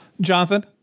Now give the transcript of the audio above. Jonathan